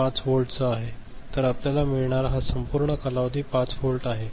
5 व्होल्टचा आहे तर आपल्याला मिळणारा हा संपूर्ण कालावधी 5 व्होल्ट आहे